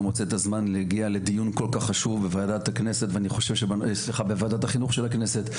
לא מוצא את הזמן להגיע לדיון כל כך חשוב בוועדת בוועדת החינוך של הכנסת,